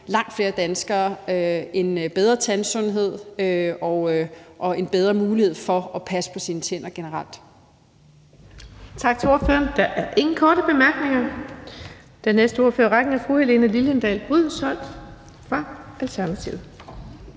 langt flere danskere en bedre tandsundhed og en bedre mulighed for at passe på deres tænder generelt.